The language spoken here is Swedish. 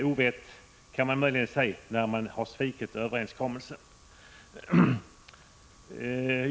Ovett kan man möjligen tala om när det gäller de punkter där socialdemokraterna har svikit överenskommelsen.